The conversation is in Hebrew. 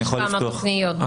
יש כמה פניות.